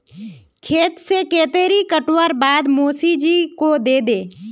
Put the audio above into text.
खेत से केतारी काटवार बाद मोसी जी को दे दे